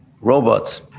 Robots